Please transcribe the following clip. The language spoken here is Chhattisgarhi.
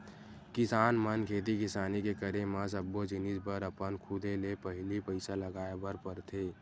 किसान मन खेती किसानी के करे म सब्बो जिनिस बर अपन खुदे ले पहिली पइसा लगाय बर परथे